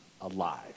alive